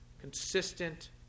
consistent